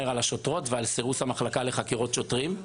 על השוטרות וגם את העניין של סירוס המחלקה לחקירות שוטרים.